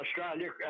Australia